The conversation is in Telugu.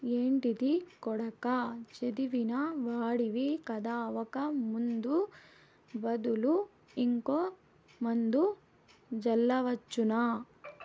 ఏంటిది కొడకా చదివిన వాడివి కదా ఒక ముందు బదులు ఇంకో మందు జల్లవచ్చునా